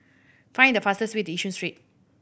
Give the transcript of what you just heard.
find the fastest way to Yishun Street